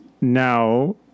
now